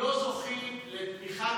לתמיכת